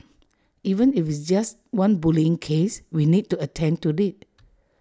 even if it's just one bullying case we need to attend to IT